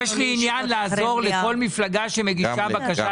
יש לי עניין לעזור לכל מפלגה שמגישה בקשה